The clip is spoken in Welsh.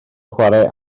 chwarae